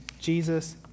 Jesus